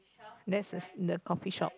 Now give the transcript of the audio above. that's the coffee shop